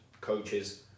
coaches